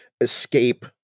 escape